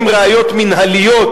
אם ראיות מינהליות,